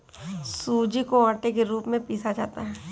सूजी को आटे के रूप में पीसा जाता है